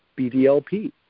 BDLP